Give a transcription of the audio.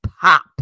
pop